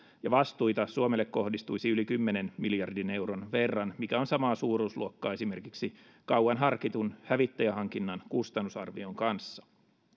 ja vastuita suomelle kohdistuisi yli kymmenen miljardin euron verran mikä on samaa suuruusluokkaa esimerkiksi kauan harkitun hävittäjähankinnan kustannusarvion kanssa